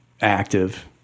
active